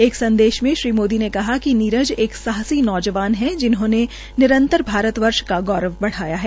एक संदेश में श्री मोदी ने कहा कि नीरज एक साहसी नौजवान हैं जिन्होंने निरंतर भारत वर्ष का गौरव बढाया है